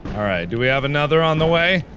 alright, do we have another on the way?